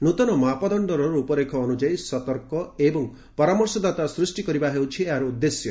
ନ୍ନତନ ମାପଦଶ୍ଚର ରୂପରେଖ ଅନୁଯାୟୀ ସତର୍କ ଏବଂ ପରାମର୍ଶଦାତା ସୃଷ୍ଟି କରିବା ହେଉଛି ଏହାର ଉଦ୍ଦେଶ୍ୟ